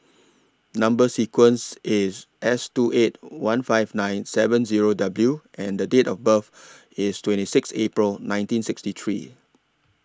Number sequence IS S two eight one five nine seven Zero W and Date of birth IS twenty Sixth April nineteen sixty three